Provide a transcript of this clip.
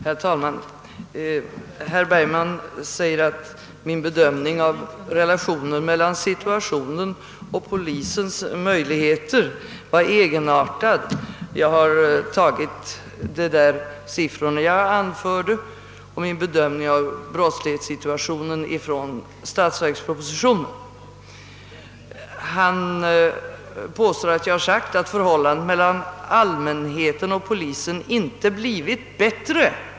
Herr talman! Herr Bergman säger att min bedömning av relationen mellan situationen och polisens möjligheter var egenartad. De siffror jag anförde liksom min bedömning av brottslighetssituationen har jag tagit från statsverkspropositionen. Han påstår att jag har sagt att förhållandet mellan allmänheten och polisen inte blivit bättre.